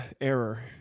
error